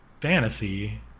fantasy